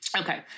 Okay